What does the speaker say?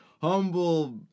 humble